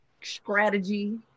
strategy